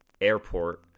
Airport